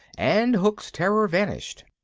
and hook's terror vanished.